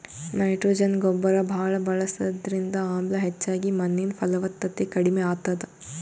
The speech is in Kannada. ನೈಟ್ರೊಜನ್ ಗೊಬ್ಬರ್ ಭಾಳ್ ಬಳಸದ್ರಿಂದ ಆಮ್ಲ ಹೆಚ್ಚಾಗಿ ಮಣ್ಣಿನ್ ಫಲವತ್ತತೆ ಕಡಿಮ್ ಆತದ್